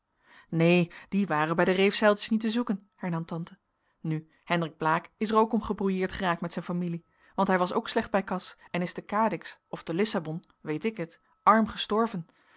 neen die waren bij de reefzeiltjes niet te zoeken hernam tante nu hendrik blaek is er ook om gebrouilleerd geraakt met zijn familie want hij was ook slecht bij kas en is te cadix of te lissabon weet ik het arm gestorven